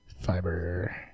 fiber